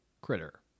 critter